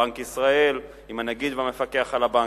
בנק ישראל עם הנגיד והמפקח על הבנקים,